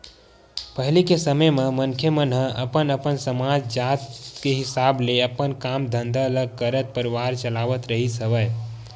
पहिली के समे म मनखे मन ह अपन अपन समाज, जात के हिसाब ले अपन काम धंधा ल करत परवार चलावत रिहिस हवय